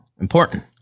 important